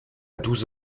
douze